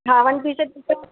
हा वनपीस ॾेखारि